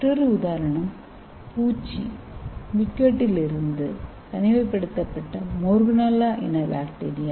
மற்றொருஉதாரணம் பூச்சி மிட்கட்டிலிருந்து தனிமைப்படுத்தப்பட்ட மோர்கனெல்லா இன பாக்டீரியா